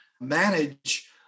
manage